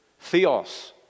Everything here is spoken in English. Theos